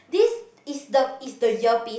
this is the is the earpiece